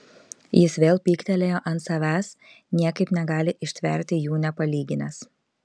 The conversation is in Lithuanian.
jis vėl pyktelėjo ant savęs niekaip negali ištverti jų nepalyginęs